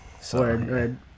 Sorry